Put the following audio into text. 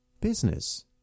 business